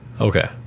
okay